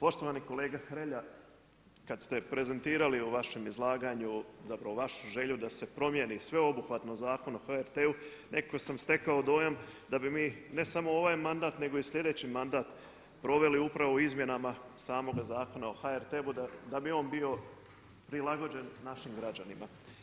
Poštovani kolega Hrelja kad ste prezentirali u vašem izlaganju zapravo vašu želju da se promjeni sveobuhvatno Zakon o HRT-u nekako sam stekao dojam da bi mi ne samo ovaj mandat nego i sljedeći mandat proveli upravo u izmjenama samoga Zakona o HRT-u da bi on bio prilagođen našim građanima.